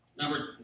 Number